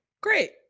Great